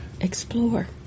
Explore